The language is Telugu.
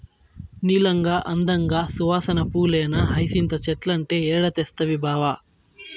నీలంగా, అందంగా, సువాసన పూలేనా హైసింత చెట్లంటే ఏడ తెస్తవి బావా